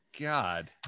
God